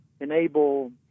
enable